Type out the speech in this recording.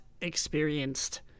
experienced